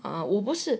啊我不是